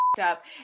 up